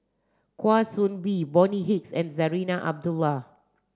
Kwa Soon Bee Bonny Hicks and Zarinah Abdullah